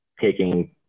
taking